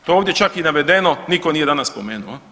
To je ovdje čak i navedeno, nitko nije danas spomenuo jel.